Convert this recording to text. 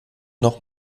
noch